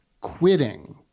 quitting